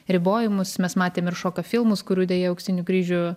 ribojimus mes matėm ir šokio filmus kurių deja auksinių kryžių